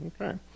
Okay